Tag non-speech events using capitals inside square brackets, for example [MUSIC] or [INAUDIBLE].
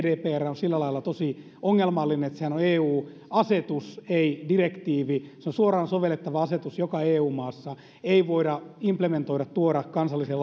gdpr on sillä lailla tosi ongelmallinen että sehän on eu asetus ei direktiivi se on suoraan sovellettava asetus joka eu maassa eikä sitä voida implementoida tuoda kansalliseen [UNINTELLIGIBLE]